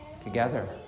together